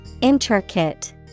Intricate